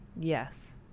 Yes